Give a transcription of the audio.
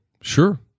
Sure